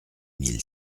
mille